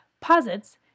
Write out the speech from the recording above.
posits